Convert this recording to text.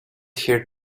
here